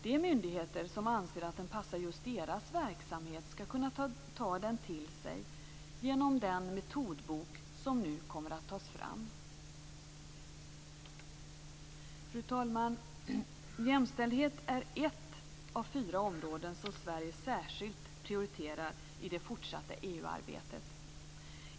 De myndigheter som anser att den passar just deras verksamhet skall kunna ta den till sig genom den metodbok som nu kommer att tas fram. Fru talman! Jämställdhet är ett av fyra områden som Sverige särskilt prioriterar i det fortsatta EU arbetet.